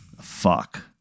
Fuck